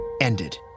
ended